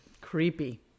Creepy